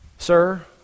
Sir